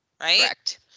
right